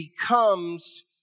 becomes